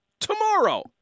tomorrow